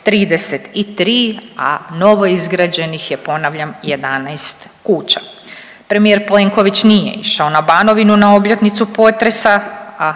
33, a novoizgrađenih je ponavljam 11 kuća. Premijer Plenković nije išao na Banovinu na obljetnicu potresa,